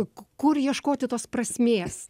kur ieškoti tos prasmės